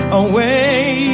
away